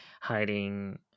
hiding